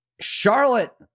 Charlotte